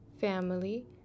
family